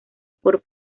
por